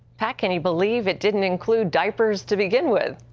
pat, can you believe it didn't include diapers to begin with?